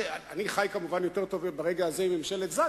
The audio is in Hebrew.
אני חי כמובן יותר טוב ברגע זה עם ממשלת זג,